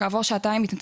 כעבור שעתיים ועשר